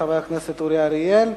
חבר הכנסת אורי אריאל,